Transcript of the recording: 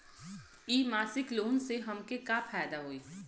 इ मासिक लोन से हमके का फायदा होई?